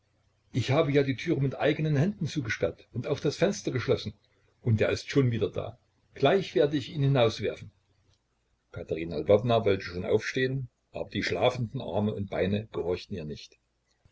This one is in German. ich habe ja die türe mit eigenen händen zugesperrt und auch das fenster geschlossen und er ist schon wieder da gleich werde ich ihn hinauswerfen katerina lwowna wollte schon aufstehen aber die schlafenden arme und beine gehorchten ihr nicht